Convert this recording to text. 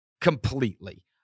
completely